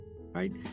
right